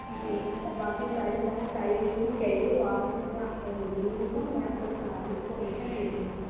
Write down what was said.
جی اور باقی ساری جانکاری جو بھی چاہیے وہ آپ مجھ سے آ کر مل لیجیے گا میں آپ کو ساری انفارمیشن دے دوں گی